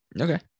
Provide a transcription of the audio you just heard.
Okay